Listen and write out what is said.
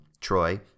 Troy